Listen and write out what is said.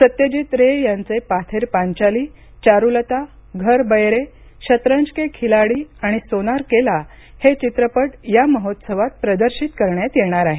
सत्यजित रे यांचे पाथेर पांचाली चारुलता घरबयरे शतरंज के खिलाडी आणि सोनार केला हे चित्रपट या महोत्सवात प्रदर्शित करण्यात येणार आहेत